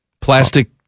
Plastic